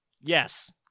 Yes